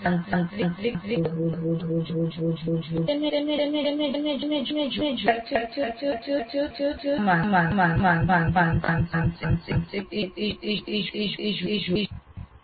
જ્યારે તેઓ જોડતા હોય લાગુ કરી રહ્યા હોય ત્યારે સંભાવના છે કે તેઓ થોડી ભૂલો કરે છે અને સુધારાત્મક પ્રતિસાદ આપવો જોઈએ